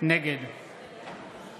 נגד